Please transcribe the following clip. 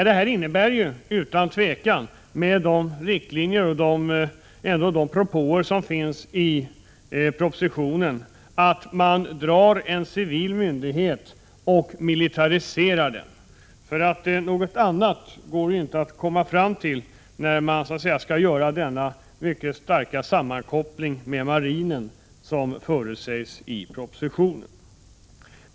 Det innebär utan tvivel, med de riktlinjer och de propåer som ändå finns i propositionen, att man drar in en civil myndighet och militariserar den. Något annat går det inte att komma fram till när man skall göra denna mycket starka sammankoppling med marinen som förutsätts i propositionen.